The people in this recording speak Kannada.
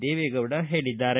ದೇವೆಗೌಡ ಹೇಳಿದ್ದಾರೆ